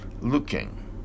looking